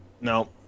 No